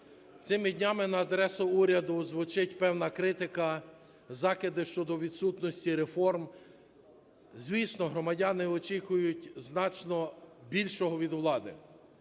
Цими днями на адресу уряду звучить певна критика, закиди щодо відсутності реформ, звісно, громадяни очікують значно більшого від влади.